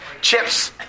chips